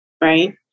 right